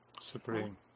Supreme